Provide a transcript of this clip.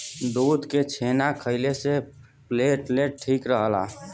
दूध के छेना खइले से प्लेटलेट ठीक रहला